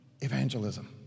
evangelism